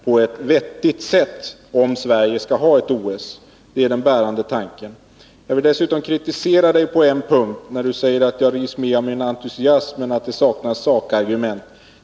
Jag vill dessutom kritisera Bo Södersten på en punkt, nämligen för hans yttrande att jag drivs av min entusiasm men saknar sakargument.